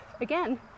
again